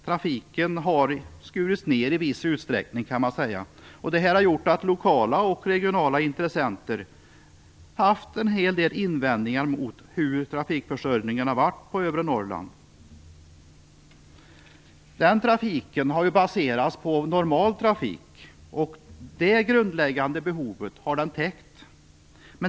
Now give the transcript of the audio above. Trafiken har skurits ned i viss utsträckning, vilket har gjort att lokala och regionala intressenter haft en hel del invändningar mot trafikförsörjningen när det gäller övre Norrland. Den trafiken har ju baserats på normal trafik, och detta grundläggande behov har täckts.